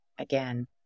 again